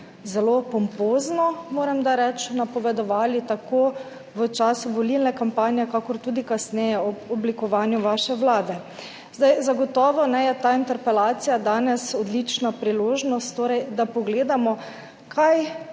zelo pompozno, moram reči, napovedovali tako v času volilne kampanje kakor tudi kasneje ob oblikovanju vaše vlade. Zagotovo je ta interpelacija danes odlična priložnost, da pogledamo, kaj